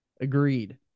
Agreed